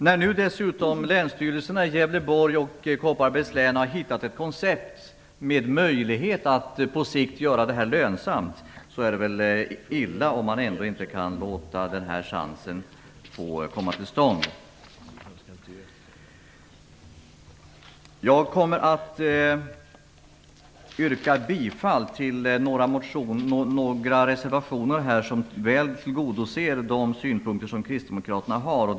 När nu länsstyrelserna i Gävleborgs län och Kopparbergs län har funnit ett koncept som på sikt ger möjlighet till lönsamhet, vore det väl illa om man lät chansen gå förlorad. Jag yrkar bifall till några reservationer som väl tillgodoser Kristdemokraternas synpunkter.